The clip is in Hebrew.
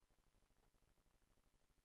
אם אם כך,